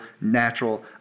natural